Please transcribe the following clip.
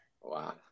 Wow